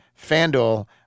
FanDuel